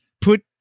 put